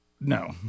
No